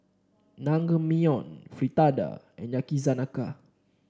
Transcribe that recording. Naengmyeon Fritada and Yakizakana